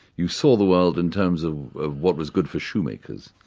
you saw the world in terms of of what was good for shoemakers.